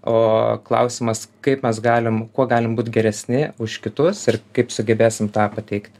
o klausimas kaip mes galim kuo galim būti geresni už kitus ir kaip sugebėsim tą pateikti